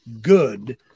good